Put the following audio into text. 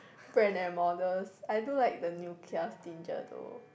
Brand and models I do like the new kia stinger though